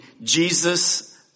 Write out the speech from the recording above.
Jesus